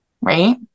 right